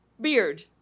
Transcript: beard